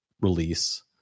release